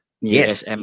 Yes